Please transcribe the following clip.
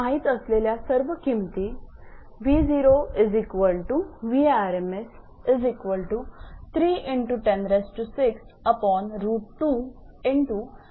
माहित असलेल्या सर्व किमती या इक्वेशन मध्ये भरल्या आहेत